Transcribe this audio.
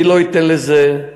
אני לא אתן לזה,